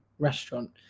restaurant